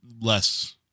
less